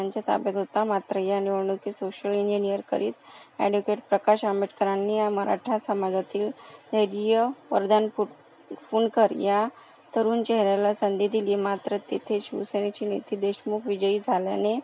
यांच्या ताब्यात होता मात्र या निवडणुकीत सोशल युनियन यरकरीत ॲड्व्होकेट प्रकाश आंबेडकरांनी ह्या मराठा समाजातील धैर्य वरदान फु फुनकर ह्या तरुण चेहऱ्याला संधी दिली मात्र तिथे शिवसेनेचे नेते देशमुख विजयी झाल्याने